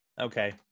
okay